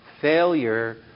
Failure